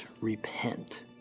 repent